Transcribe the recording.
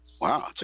Wow